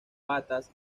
patas